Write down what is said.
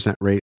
rate